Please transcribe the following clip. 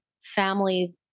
family